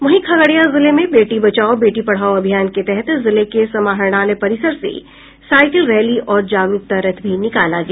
वहीं खगड़िया जिले में बेटी बचाओ बेटी पढ़ाओ अभियान के तहत जिले के समाहरणालय परिसर से साईकिल रैली और जागरूकता रथ भी निकाला गया